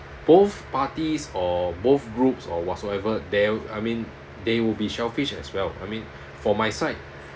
both parties or both groups or whatsoever there I mean they will be selfish as well I mean for my side